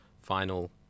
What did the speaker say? final